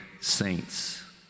saints